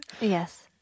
Yes